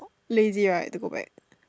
lazy right to go back